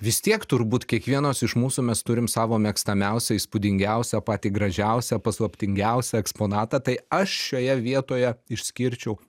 vis tiek turbūt kiekvienas iš mūsų mes turim savo mėgstamiausią įspūdingiausią patį gražiausią paslaptingiausią eksponatą tai aš šioje vietoje išskirčiau